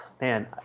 man